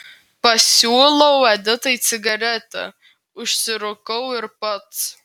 pasiūlau editai cigaretę užsirūkau ir pats